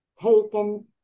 taken